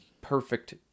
perfect